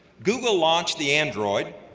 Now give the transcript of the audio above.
google launched the android,